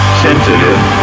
sensitive